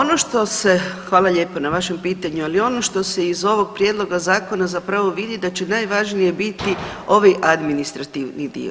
Pa ono što se, hvala lijepo na vašem pitanju, ali ono što se iz ovog prijedloga zakona zapravo vidi da će najvažnije biti ovi administrativni dio.